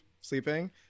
sleeping